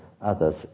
others